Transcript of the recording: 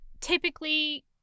typically